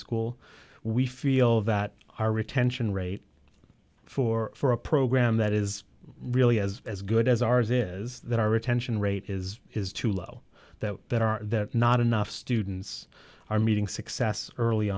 school we feel that our retention rate for for a program that is really as good as ours is that our retention rate is is too low that there are not enough students are meeting success early